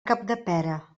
capdepera